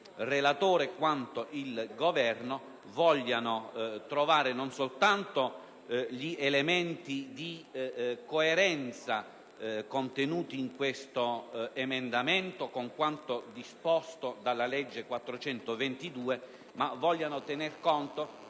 relatore quanto il Governo vogliano trovare non soltanto gli elementi di coerenza contenuti in questo emendamento con quanto disposto dalla legge n. 422 del 1993, ma vogliano tenere conto